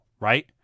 Right